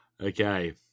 Okay